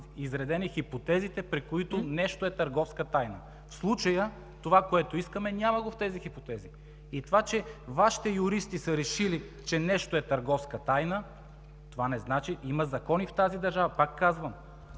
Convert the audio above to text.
изредени хипотезите, при които нещо е търговска тайна. В случая това, което искаме, го няма в тези хипотези. И това, че Вашите юристи са решили, че нещо е търговска тайна, това не значи – има закони в тази държава, пак казвам.